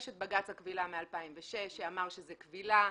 יש את בג"צ הכבילה מ-2006 שאמר שזו קבילה,